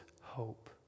hope